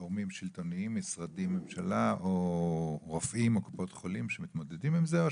גורמים שלטוניים, משרדי ממשלה, או רופאים, או